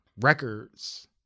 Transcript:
records